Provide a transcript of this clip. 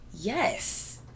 yes